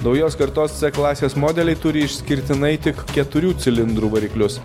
naujos kartos c klasės modeliai turi išskirtinai tik keturių cilindrų variklius